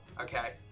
Okay